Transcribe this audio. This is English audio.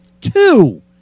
two